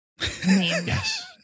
Yes